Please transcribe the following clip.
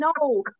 No